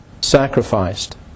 sacrificed